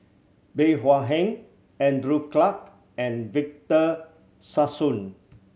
Bey Hua Heng Andrew Clarke and Victor Sassoon